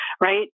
right